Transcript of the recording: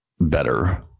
better